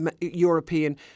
European